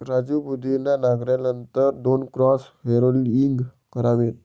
राजू पुदिना नांगरल्यानंतर दोन क्रॉस हॅरोइंग करावेत